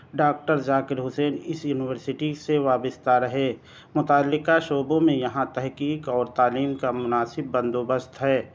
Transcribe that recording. doctor Zakir Hussain اس university سے وابستہ رہے متعلقہ شعبوں میں یہاں تحقیق اور تعلیم کا مناسب بندوبست ہے